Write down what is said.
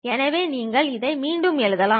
எனவே நீங்கள் இதை மீண்டும் எழுதலாம்